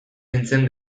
nintzen